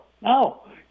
no